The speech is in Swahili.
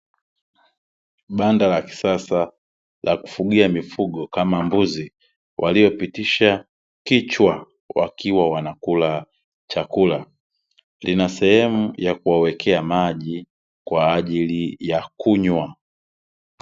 Banda la kisasa la kufugia mifugo kama mbuzi, waliopitisha kichwa wakiwa wanakula chakula. Lina sehemu ya kuwawekea maji kwa ajili ya kunywa.